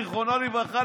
זיכרונו לברכה,